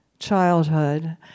childhood